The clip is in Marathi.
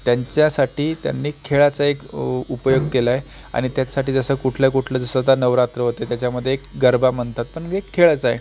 त्यांच्यासाठी त्यांनी खेळाचा एक उ उपयोग केला आहे आणि त्याचसाठी जसं कुठल्या कुठलं जसं आता नवरात्र होते त्याच्यामध्ये गरबा म्हणतात पण एक खेळच आहे